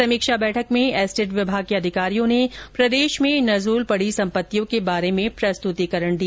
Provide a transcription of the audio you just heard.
समीक्षा बैठक में एस्टेट विभाग के अधिकारियों ने प्रदेश में नजूल पड़ी सम्पत्तियों के बारे में प्रस्तुतीकरण दिया